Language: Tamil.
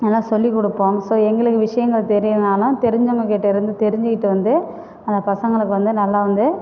நல்லா சொல்லிக் குடுப்போம் ஸோ எங்களுக்கு விஷயங்கள் தெரியலனாலும் தெரிஞ்சவங்ககிட்டேயிருந்து தெரிஞ்சிக்கிட்டு வந்து அந்த பசங்களுக்கு வந்து நல்லா வந்து